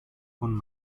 von